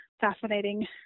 fascinating